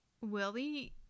Willie